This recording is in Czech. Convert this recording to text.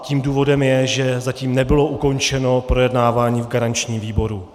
Tím důvodem je, že zatím nebylo ukončeno projednávání v garančním výboru.